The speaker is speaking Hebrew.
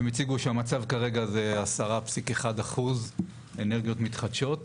והם הציגו שם שהמצב כרגע הוא 10.1% אנרגיות מתחדשות;